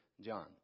John